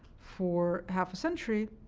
for half a century,